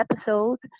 episodes